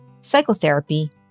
psychotherapy